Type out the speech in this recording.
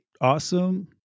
Awesome